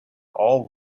all